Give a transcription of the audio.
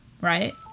right